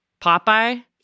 Popeye